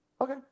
Okay